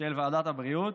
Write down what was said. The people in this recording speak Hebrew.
של ועדת הבריאות,